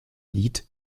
lied